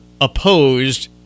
opposed